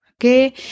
okay